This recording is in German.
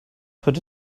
heute